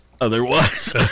Otherwise